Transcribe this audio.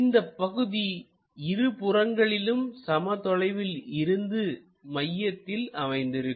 இந்த பகுதி இருபுறங்களிலும் சம தொலைவில் இருந்து மையத்தில் அமைந்திருக்கும்